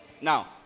Now